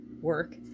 work